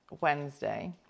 Wednesday